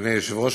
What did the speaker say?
אדוני היושב-ראש,